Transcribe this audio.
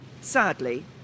Sadly